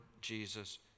Jesus